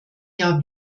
jahr